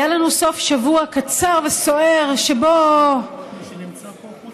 היה לנו סוף שבוע קצר וסוער שבו היו